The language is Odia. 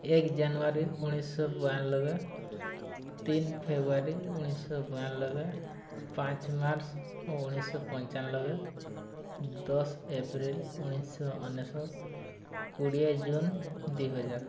ଏକ ଜାନୁଆରୀ ଉଣେଇଶିଶହ ବୟାନବେ ତିନି ଫେବୃଆରୀ ଉଣେଇଶିଶହ ବୟାନବେ ପାଞ୍ଚ ମାର୍ଚ୍ଚ ଉଣେଇଶିଶହ ପଞ୍ଚାନବେ ଦଶ ଏପ୍ରିଲ ଉଣେଇଶିଶହ ଅନେଶତ କୋଡ଼ିଏ ଜୁନ ଦୁଇହଜାର